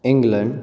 England